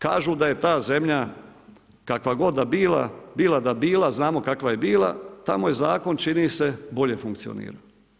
Kažu da je ta zemlja, kakva god da bila, bila da bila, znamo kakva je bila, tamo je zakon čini se bolje funkcionirao.